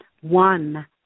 one